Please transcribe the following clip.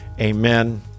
Amen